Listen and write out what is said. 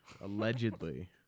Allegedly